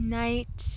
night